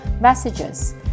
messages